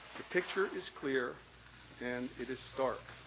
the picture is clear and it is stark.